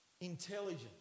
intelligence